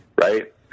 right